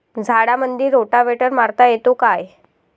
झाडामंदी रोटावेटर मारता येतो काय?